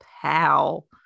pal